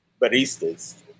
baristas